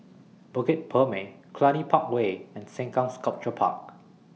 Bukit Purmei Cluny Park Way and Sengkang Sculpture Park